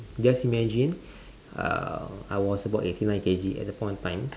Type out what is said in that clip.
just imagine uh I was about eighty nine K_G at that point in time